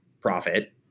profit